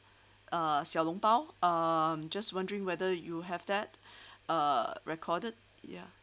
uh xiao long bao I'm just wondering whether you have that uh recorded ya